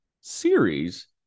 series